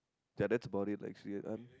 ya that's about it lah actually uh